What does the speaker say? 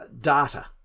data